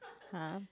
!huh!